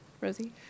Rosie